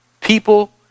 people